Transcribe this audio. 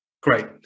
great